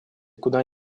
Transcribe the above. куда